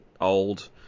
old